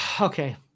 okay